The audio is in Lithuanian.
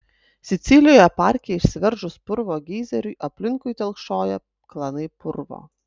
sicilijoje parke išsiveržus purvo geizeriui aplinkui telkšojo klanai purvo